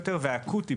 נמצא פה נציג האוצר.